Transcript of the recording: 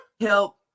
help